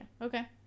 Okay